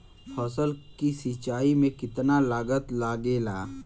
फसल की सिंचाई में कितना लागत लागेला?